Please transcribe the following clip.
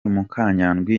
mukanyandwi